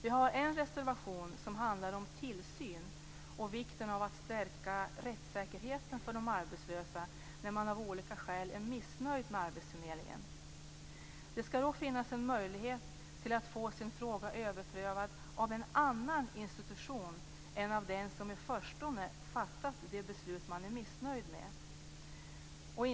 Vi har en reservation som handlar om tillsyn och vikten av att stärka rättssäkerheten för de arbetslösa när de av olika skäl är missnöjda med arbetsförmedlingen. Det skall då finnas en möjlighet att få sin fråga överprövad av en annan institution än av den som i förstone har fattat det beslut som man är missnöjd med.